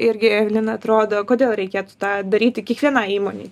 irgi evelina atrodo kodėl reikėtų tą daryti kiekvienai įmonei